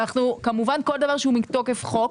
כמובן שכל דבר שהוא מתוקף חוק,